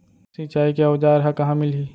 सिंचाई के औज़ार हा कहाँ मिलही?